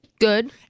Good